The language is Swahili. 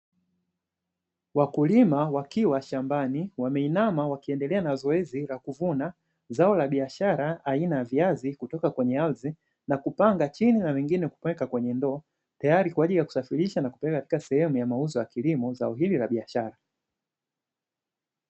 Wakulima wakiwa shambani wameinama, wakiendelea na zoezi la kuvuna zao la biashara aina ya viazi kutoka kwenye ardhi, na kupanga chini na wengine kuweka kwenye ndoo, tayari kwa ajili ya kusafirisha na kuweka katika sehemu ya mauzo ya kilimo zao hili la biashara.